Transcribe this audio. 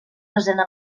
desena